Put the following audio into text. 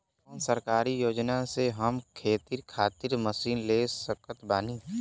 कौन सरकारी योजना से हम खेती खातिर मशीन ले सकत बानी?